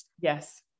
Yes